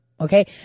Okay